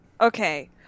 Okay